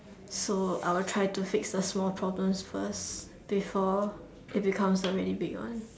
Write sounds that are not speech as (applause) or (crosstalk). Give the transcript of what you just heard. so I will try to fix the small problems first (breath) before it becomes a really big one